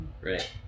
right